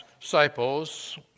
disciples